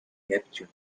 neptune